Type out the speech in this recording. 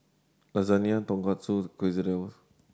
Lasagne Tonkatsu Quesadillas